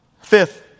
Fifth